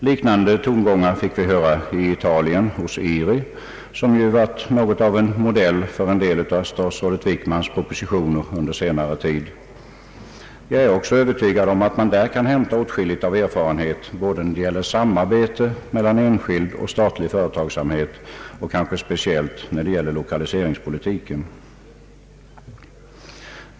Liknande tongångar fick vi höra hos IRI i Italien, som ju varit något av en modell i statsrådet Wickmans propositioner under senare tid. Jag är också övertygad om att man där kan hämta åtskilligt av erfarenhet både när det gäller samarbete mellan enskild och statlig företagsamhet och kanske speciellt när det gäller lokaliseringspolitiken.